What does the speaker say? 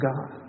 God